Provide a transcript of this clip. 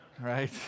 right